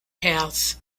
paths